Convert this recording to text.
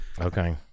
Okay